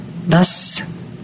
Thus